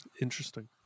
Interesting